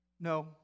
No